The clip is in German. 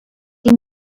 die